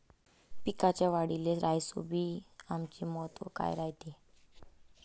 पिकाच्या वाढीले राईझोबीआमचे महत्व काय रायते?